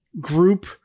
group